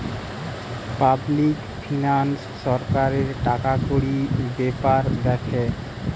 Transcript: public finance সরকারের টাকাকড়ির বেপার দ্যাখে